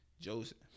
Joseph